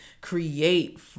create